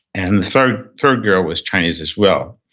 and the third third girl was chinese, as well.